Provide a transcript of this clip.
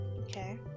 okay